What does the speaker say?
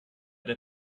der